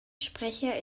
sprecher